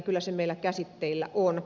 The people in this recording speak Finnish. kyllä se meillä käsitteillä on